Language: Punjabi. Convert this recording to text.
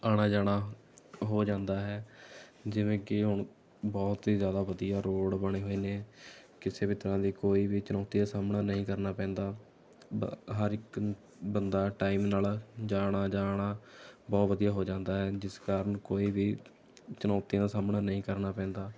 ਆਉਣਾ ਜਾਣਾ ਹੋ ਜਾਂਦਾ ਹੈ ਜਿਵੇਂ ਕਿ ਹੁਣ ਬਹੁਤ ਹੀ ਜ਼ਿਆਦਾ ਵਧੀਆ ਰੋਡ ਬਣੇ ਹੋਏ ਨੇ ਕਿਸੇ ਵੀ ਤਰ੍ਹਾਂ ਦੀ ਕੋਈ ਵੀ ਚੁਣੌਤੀ ਦਾ ਸਾਹਮਣਾ ਨਹੀਂ ਕਰਨਾ ਪੈਂਦਾ ਹਰ ਇੱਕ ਬੰਦਾ ਟਾਈਮ ਨਾਲ ਜਾਣਾ ਜਾਂ ਆਉਣਾ ਬਹੁਤ ਵਧੀਆ ਹੋ ਜਾਂਦਾ ਹੈ ਜਿਸ ਕਾਰਨ ਕੋਈ ਵੀ ਚੁਣੌਤੀਆਂ ਦਾ ਸਾਹਮਣਾ ਨਹੀਂ ਕਰਨਾ ਪੈਂਦਾ